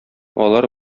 алар